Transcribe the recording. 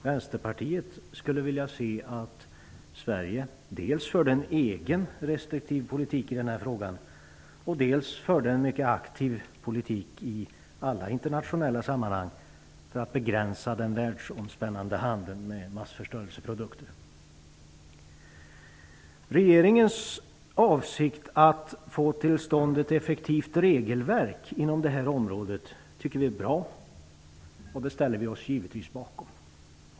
Vänsterpartiet skulle vilja se att Sverige dels förde en egen restriktiv politik i den här frågan, dels förde en mycket aktiv politik i alla internationella sammanang för att begränsa den världsomspännande handeln med massförstörelseprodukter. Regeringens avsikt att få till stånd ett effektivt regelverk inom det här området tycker vi är bra. Det ställer vi oss givetvis bakom.